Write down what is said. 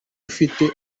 ufite